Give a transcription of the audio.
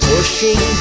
Pushing